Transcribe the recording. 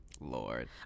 Lord